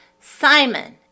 Simon